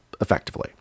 effectively